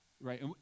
right